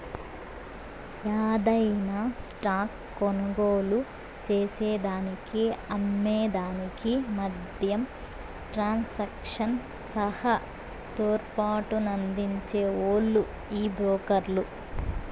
యాదైన స్టాక్ కొనుగోలు చేసేదానికి అమ్మే దానికి మద్యం ట్రాన్సాక్షన్ సహా తోడ్పాటునందించే ఓల్లు ఈ బ్రోకర్లు